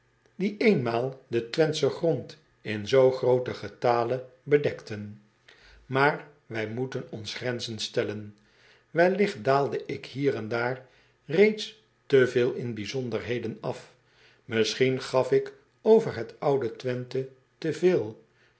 die eenmaal den wenthschen grond in zoo grooten getale bedekten aar wij moeten ons grenzen stellen elligt daalde ik hier en daar reeds te veel in bijzonderheden af isschien gaf ik over het oude wenthe